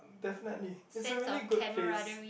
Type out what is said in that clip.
definitely it's a really good place